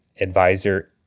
advisor